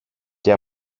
και